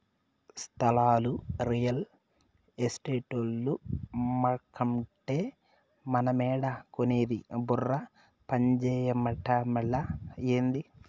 స్థలాలు రియల్ ఎస్టేటోల్లు అమ్మకంటే మనమేడ కొనేది బుర్ర పంజేయటమలా, ఏంది